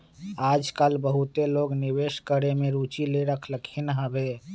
याजकाल बहुते लोग निवेश करेमे में रुचि ले रहलखिन्ह हबे